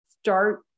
start